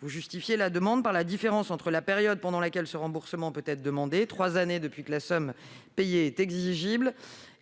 Vous justifiez cette demande par la différence qui existe entre la période pendant laquelle ce remboursement peut être demandé- trois années depuis que la somme payée est exigible